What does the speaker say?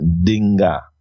Dinga